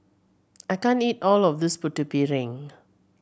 I can't eat all of this Putu Piring